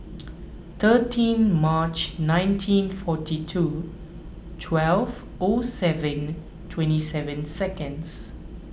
thirteen March nineteen forty two twelve O seven twenty seven seconds